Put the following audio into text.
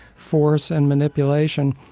force and manipulation.